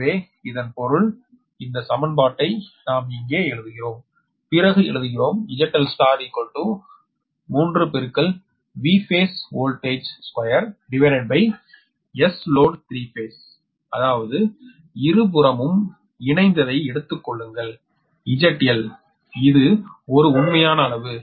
எனவே இதன் பொருள் இந்த சமன்பாட்டை நாம் இங்கே எழுதுகிறோம் பிறகு எழுதுகிறோம் ZL3 Vphasevoltage2Sloadஅதாவது இருபுறமும் இணைந்ததை எடுத்துக் கொள்ளுங்கள் ZL இது ஒரு உண்மையான அளவு